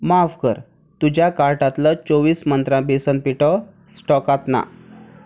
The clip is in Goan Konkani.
माफ कर तुज्या कार्टांतलो चोवीस मंत्रा बेसन पिठो स्टॉकांत ना